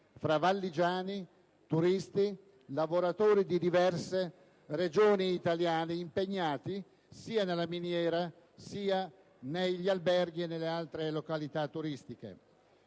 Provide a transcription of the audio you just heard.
fra valligiani, turisti, lavoratori di diverse Regioni italiane impegnati sia nella miniera, sia negli alberghi e nelle altre località turistiche.